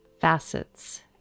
facets